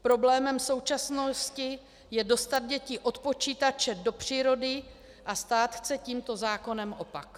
Problémem současnosti je dostat děti od počítače do přírody a stát chce tímto zákonem opak.